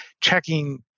checking